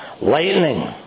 lightning